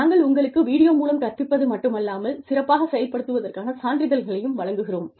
நாங்கள் உங்களுக்கு வீடியோ மூலம் கற்பிப்பது மட்டுமல்லாமல் சிறப்பாகச் செயல்படுவதற்கான சான்றிதழ்களையும் வழங்குகிறோம்